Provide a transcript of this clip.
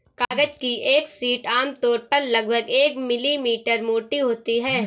कागज की एक शीट आमतौर पर लगभग एक मिलीमीटर मोटी होती है